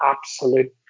absolute